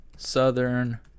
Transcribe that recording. southern